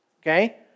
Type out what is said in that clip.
Okay